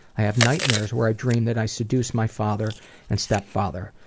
i have nightmares where i dream that i seduce my father and stepfather,